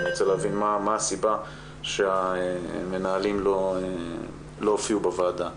אני רוצה להבין מה הסיבה שהמנהלים לא הופיעו בוועדה.